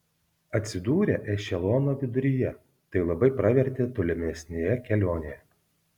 atsidūrė ešelono viduryje tai labai pravertė tolimesnėje kelionėje